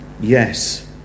yes